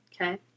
okay